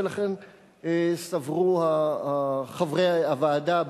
ולכן סברו חברי הוועדה,